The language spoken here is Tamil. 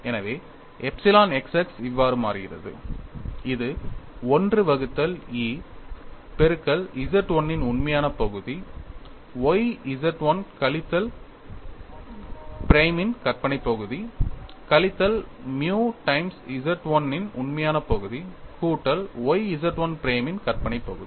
எனவே எப்சிலன் x x இவ்வாறு மாறுகிறது இது 1 வகுத்தல் E பெருக்கல் Z 1 இன் உண்மையான பகுதி y Z 1 கழித்தல் பிரைம் இன் கற்பனை பகுதி கழித்தல் மியூ டைம்ஸ் Z 1 இன் உண்மையான பகுதி கூட்டல் y Z 1 பிரைமின் கற்பனை பகுதி